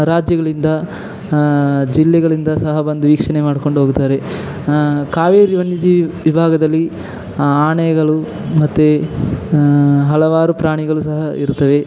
ರಾಜ್ಯಗಳಿಂದ ಜಿಲ್ಲೆಗಳಿಂದ ಸಹ ಬಂದು ವೀಕ್ಷಣೆ ಮಾಡಿಕೊಂಡು ಹೋಗುತ್ತಾರೆ ಕಾವೇರಿ ವನ್ಯಜೀವಿ ವಿಭಾಗದಲ್ಲಿ ಆನೆಗಳು ಮತ್ತು ಹಲವಾರು ಪ್ರಾಣಿಗಳು ಸಹ ಇರುತ್ತವೆ